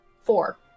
four